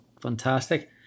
Fantastic